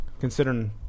considering